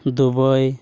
Dubai